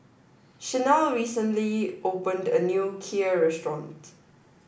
Sharlene recently opened a new Kheer restaurant